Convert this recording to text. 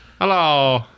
Hello